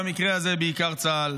במקרה הזה בעיקר צה"ל.